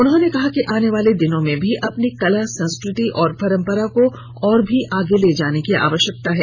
उन्होंने कहा कि आने वाले दिनों में भी अपनी कला संस्कृति और परम्परा को और भी आगे ले जाना है